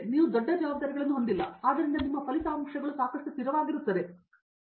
ನೀವು ದೊಡ್ಡ ಜವಾಬ್ದಾರಿಗಳನ್ನು ಹೊಂದಿಲ್ಲ ಆದ್ದರಿಂದ ನಿಮ್ಮ ಫಲಿತಾಂಶಗಳು ಸಾಕಷ್ಟು ಸ್ಥಿರವಾಗಿರುತ್ತವೆ